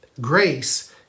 Grace